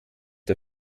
der